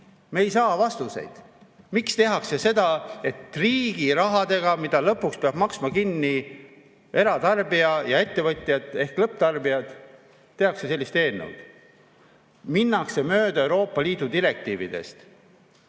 Me ei saa vastuseid, miks tehakse seda, et riigi rahaga, mille lõpuks peab maksma kinni eratarbija ja ettevõtjad ehk lõpptarbijad, tehakse selline eelnõu. Minnakse mööda Euroopa Liidu direktiividest,